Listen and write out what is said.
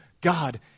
God